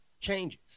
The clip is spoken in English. changes